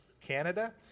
Canada